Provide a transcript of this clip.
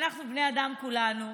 אנחנו בני אדם כולנו,